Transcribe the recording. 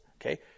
okay